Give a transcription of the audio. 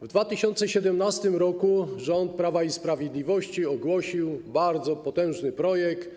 W 2017 r. rząd Prawa i Sprawiedliwości ogłosił bardzo potężny projekt.